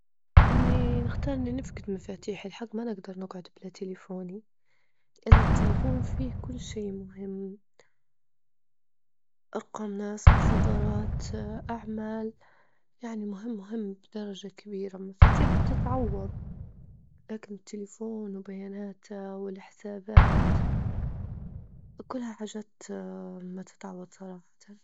إني نختار إني نفجد مفاتيحي، الحج ما نجدر نجعد بلا تلفوني، لأن التليفون فيه كل شي مهم، أرقام ناس، محاضرات، أعمال، يعني مهم مهم بدرجة كبيرة، مفاتيح تتعوض لكن التلفون وبياناته والحسابات كلها حاجات ما تتعوض صراحة.